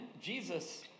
Jesus